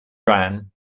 ran